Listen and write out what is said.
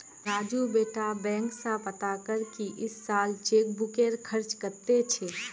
राजू बेटा बैंक स पता कर की इस साल चेकबुकेर खर्च कत्ते छेक